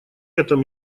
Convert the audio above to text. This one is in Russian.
этом